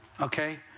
okay